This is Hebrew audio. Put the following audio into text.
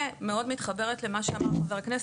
ומאוד מתחברת למה שאמר חבר הכנסת.